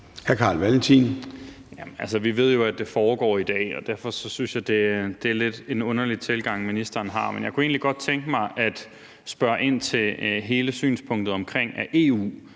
Vi ved jo, at det foregår i dag, og derfor synes jeg, det er lidt en underlig tilgang, ministeren har. Men jeg kunne egentlig godt tænke mig at spørge ind til hele synspunktet om, at EU